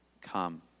Come